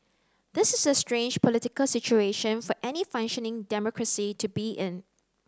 this is a strange political situation for any functioning democracy to be in